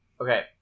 Okay